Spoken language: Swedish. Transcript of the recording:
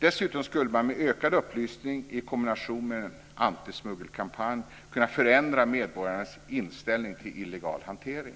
Dessutom skulle man med ökad upplysning i kombination med en antismuggelkampanj kunna förändra medborgarnas inställning till illegal hantering.